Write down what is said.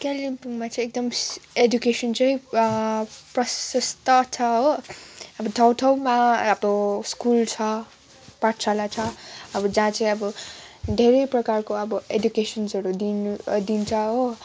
कालिम्पोङमा चाहिँ एकदम एडुकेसन चाहिँ प्रशस्त छ हो अब ठाउँ ठाउँमा अब स्कुल छ पाठशाला छ अब जहाँ चाहिँ अब धेरै प्रकारको अब एडुकेसन्सहरू दिनु दिन्छ हो